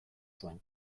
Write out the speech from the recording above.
zuen